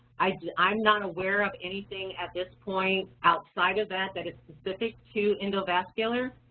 i mean i'm not aware of anything at this point outside of that, that it's specific to endovascular,